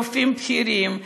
רופאים בכירים.